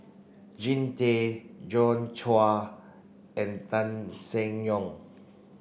Jean Tay Joi Chua and Tan Seng Yong